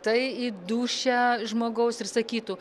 tai į dūšią žmogaus ir sakytų